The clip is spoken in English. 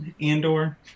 Andor